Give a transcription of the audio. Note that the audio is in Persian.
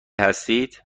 هستید